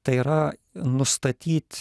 tai yra nustatyt